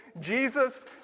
Jesus